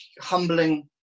humbling